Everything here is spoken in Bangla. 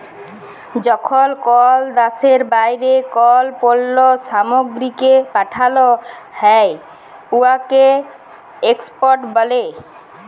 যখল কল দ্যাশের বাইরে কল পল্ল্য সামগ্রীকে পাঠাল হ্যয় উয়াকে এক্সপর্ট ব্যলে